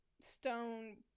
stone